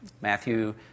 Matthew